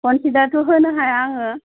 कनसिदारथ' होनो हाया आङो